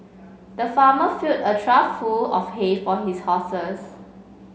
the farmer filled a trough full of hay for his horses